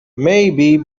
maybe